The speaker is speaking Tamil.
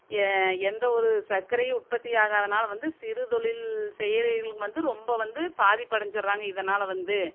எந்த ஒரு சர்க்கரையும் உற்பத்தி ஆகாததினால வந்து சிறு தொழில் செய்யறங்களுக்கு வந்து ரொம்ப வந்து பாதிப்பு அடைஞ்சிடுறாங்க இதனால் வந்து